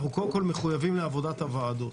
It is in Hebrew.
אנחנו קודם מחויבים לעבודת הוועדות